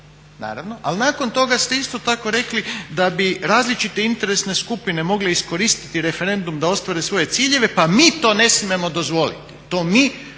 naravno, ali nakon toga ste isto tako rekli da bi različite interesne skupine mogle iskoristiti referendum da ostvare svoje ciljeve pa mi to ne smijemo dozvoliti. Mi